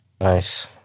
Nice